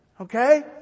Okay